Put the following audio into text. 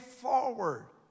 forward